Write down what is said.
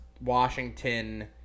Washington